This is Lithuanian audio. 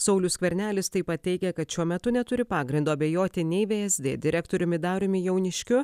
saulius skvernelis taip pat teigia kad šiuo metu neturi pagrindo abejoti nei vsd direktoriumi dariumi jauniškiu